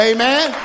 Amen